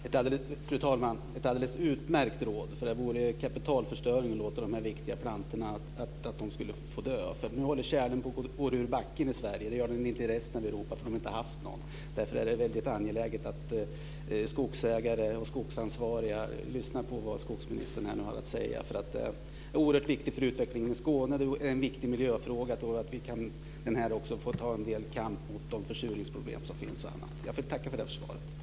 Fru talman! Det är ett alldeles utmärkt råd, för det vore en kapitalförstöring att låta de här viktiga plantorna dö. Nu håller tjälen på att gå ur backen i Sverige. Det gör den inte i resten av Europa, för de har inte haft någon. Därför är det väldigt angeläget att skogsägare och skogsansvariga lyssnar på vad skogsministern har att säga. Det är oerhört viktigt för utvecklingen i Skåne. Det är en viktig miljöfråga. Jag tror att vi här också kan få ta en del kamp mot de försurningsproblem som finns och annat. Jag tackar för svaret.